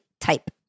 type